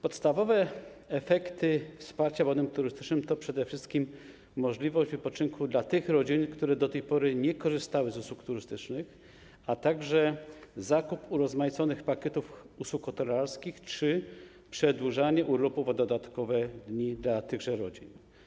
Podstawowe efekty wsparcia bonem turystycznym to przede wszystkim umożliwienie wypoczynku tym rodzinom, które do tej pory nie korzystały z usług turystycznych, a także zakup urozmaiconych pakietów usług hotelarskich czy przedłużanie urlopów o dodatkowe dni przez rodziny.